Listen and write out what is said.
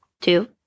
Two